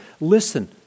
Listen